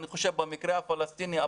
במקרה הפלסטיני,